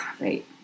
right